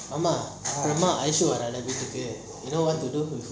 மாமா மாமா ஐஷு வரல வீட்டுக்கு:mama mama aishu varala veetuku you know what to do